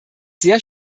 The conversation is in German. sehr